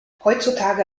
heutzutage